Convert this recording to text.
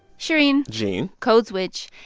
shereen gene code switch.